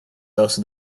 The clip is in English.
also